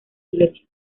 iglesia